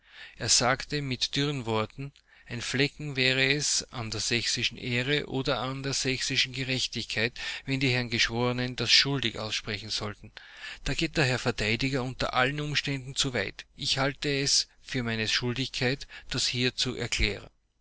er sagte mit dürren worten ein flecken wäre es an der sächsischen ehre oder an der sächsischen gerechtigkeit wenn die herren geschworenen das schuldig aussprechen sollten da geht der herr verteidiger unter allen umständen zuweit ich halte es für meine schuldigkeit das hier zu erklären